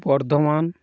Bardhaman